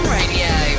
Radio